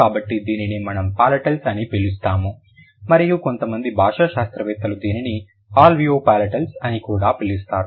కాబట్టి దీనినే మనం పాలటాల్స్ అని పిలుస్తాము మరియు కొంతమంది భాషా శాస్త్రవేత్తలు దీనిని ఆల్వియోపలాటల్స్ అని కూడా పిలుస్తారు